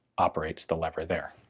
operates the lever there.